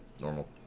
normal